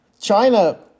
China